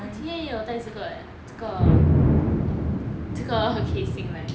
我今天也有带着个 eh 这个 casing